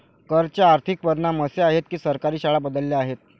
कर चे आर्थिक परिणाम असे आहेत की सरकारी शाळा बदलल्या आहेत